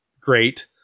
great